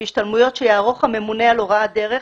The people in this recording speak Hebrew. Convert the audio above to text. בהשתלמויות שיערוך הממונה על הוראת דרך,